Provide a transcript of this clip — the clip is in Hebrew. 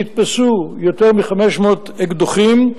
נתפסו יותר מ-500 אקדחים,